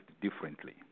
differently